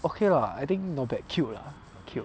okay lah I think not that cute lah